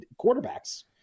quarterbacks